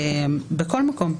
בכל מקום.